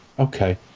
okay